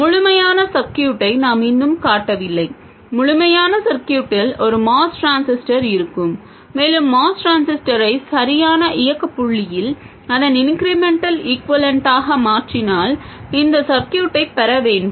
முழுமையான சர்க்யூட்டை நாம் இன்னும் காட்டவில்லை முழுமையான சர்க்யூட்டில் ஒரு MOS டிரான்சிஸ்டர் இருக்கும் மேலும் MOS டிரான்சிஸ்டரை சரியான இயக்கப் புள்ளியில் அதன் இன்க்ரிமென்டல் ஈக்வேலன்ட்டாக மாற்றினால் இந்த சர்க்யூட்டைப் பெற வேண்டும்